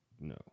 no